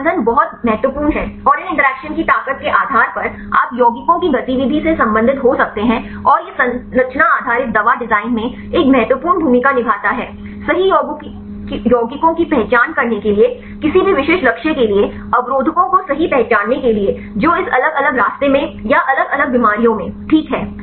तो ये बंधन बहुत महत्वपूर्ण है और इन इंटरैक्शन की ताकत के आधार पर आप यौगिकों की गतिविधि से संबंधित हो सकते हैं और यह संरचना आधारित दवा डिजाइन में एक महत्वपूर्ण भूमिका निभाता है सही यौगिकों की पहचान करने के लिए किसी भी विशिष्ट लक्ष्य के लिए अवरोधकों को सही पहचानने के लिए जो इस अलग अलग रास्ते में या अलग अलग बीमारियों में ठीक हैं